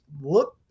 look